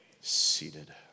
seated